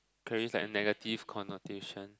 carries like a negative connotation